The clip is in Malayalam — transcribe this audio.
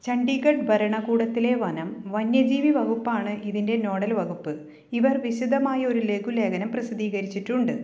ചണ്ഡീഗഢ് ഭരണകൂടത്തിലെ വനം വന്യജീവി വകുപ്പാണ് ഇതിൻ്റെ നോഡൽ വകുപ്പ് ഇവർ വിശദമായ ഒരു ലഘുലേഖനം പ്രസിദ്ധീകരിച്ചിട്ടുണ്ട്